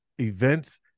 events